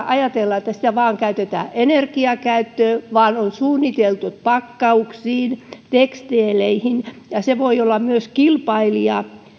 ajatella että sitä käytetään yksistään vain energiakäyttöön vaan on suunniteltu käyttöä pakkauksiin tekstiileihin ja se voi olla myös kilpailija